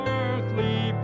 earthly